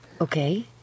Okay